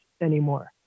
anymore